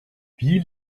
wie